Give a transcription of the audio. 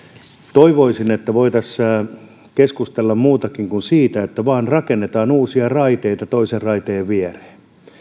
toivoisin että voitaisiin keskustella muustakin kuin siitä että vaan rakennetaan uusia raiteita toisen raiteen viereen